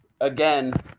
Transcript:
again